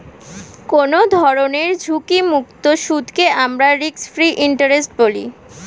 কোনো ধরনের ঝুঁকিমুক্ত সুদকে আমরা রিস্ক ফ্রি ইন্টারেস্ট বলি